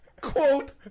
quote